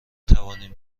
توانیم